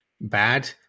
Bad